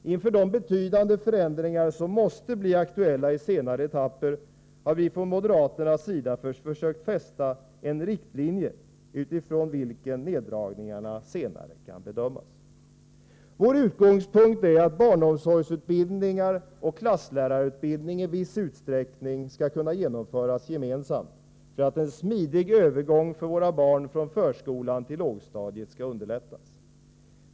Inför de betydande förändringar som måste bli aktuella i senare etapper har vi från moderaternas sida försökt sätta en riktlinje utifrån vilken nedläggningarna senare kan bedömas. Vår utgångspunkt är att barnomsorgsutbildning och klasslärarutbildning i viss utsträckning skall kunna genomföras gemensamt så att en smidig övergång för våra barn från förskolan till lågstadiet skall underlättas.